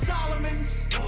Solomon's